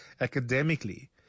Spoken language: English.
academically